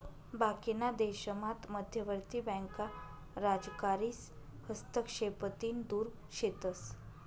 बाकीना देशामात मध्यवर्ती बँका राजकारीस हस्तक्षेपतीन दुर शेतस